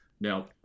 Now